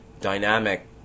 dynamic